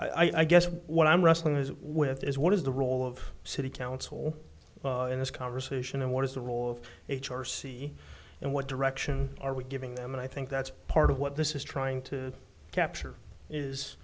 what i guess what i'm wrestling as with is what is the role of city council in this conversation and what is the role of h r c and what direction are we giving them and i think that's part of what this is trying to capture is